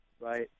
right